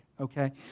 okay